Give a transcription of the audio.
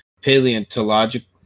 paleontological